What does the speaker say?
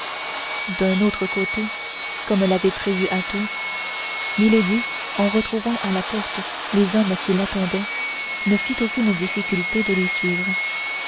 d'un autre côté comme l'avait prévu athos milady en retrouvant à la porte les hommes qui l'attendaient ne fit aucune difficulté de les suivre